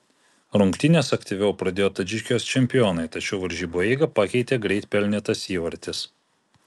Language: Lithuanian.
rungtynes aktyviau pradėjo tadžikijos čempionai tačiau varžybų eigą pakeitė greit pelnytas įvartis